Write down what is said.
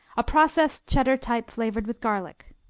a processed cheddar type flavored with garlic.